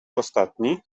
ostatni